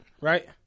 right